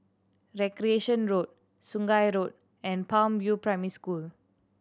Recreation Road Sungei Road and Palm View Primary School